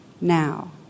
now